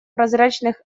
прозрачных